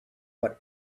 but